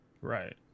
Right